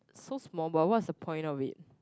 so small but what's the point of it